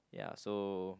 ya so